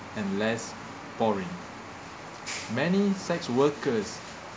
and less foreign many sex workers